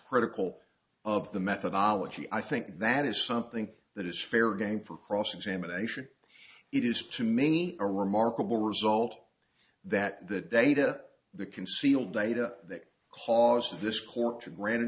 critical of the methodology i think that is something that is fair game for cross examination it is to many a remarkable result that the data the concealed data that causes this court to gran